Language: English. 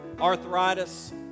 Arthritis